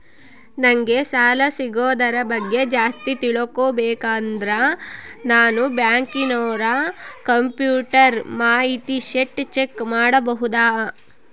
ನಂಗೆ ಸಾಲ ಸಿಗೋದರ ಬಗ್ಗೆ ಜಾಸ್ತಿ ತಿಳಕೋಬೇಕಂದ್ರ ನಾನು ಬ್ಯಾಂಕಿನೋರ ಕಂಪ್ಯೂಟರ್ ಮಾಹಿತಿ ಶೇಟ್ ಚೆಕ್ ಮಾಡಬಹುದಾ?